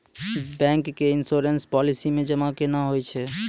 Bank के insurance policy मे जमा केना होय छै?